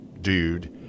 dude